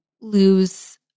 lose